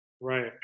Right